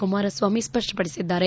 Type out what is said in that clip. Kumaraswamy ಸ್ಪಷ್ನಪಡಿಸಿದ್ದಾರೆ